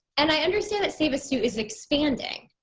and i understand that save a suit is expanding.